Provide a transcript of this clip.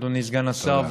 אדוני סגן השר,